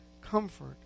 comfort